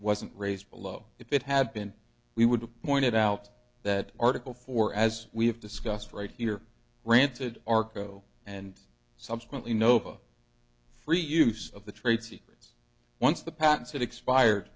wasn't raised below if it had been we would have pointed out that article four as we have discussed right here ranted arco and subsequently nova free use of the trade secrets once the patents it expired